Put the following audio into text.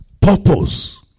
Purpose